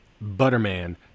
Butterman